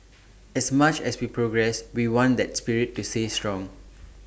as much as we progress we want that spirit to stay strong